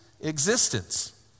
existence